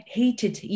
hated